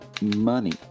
money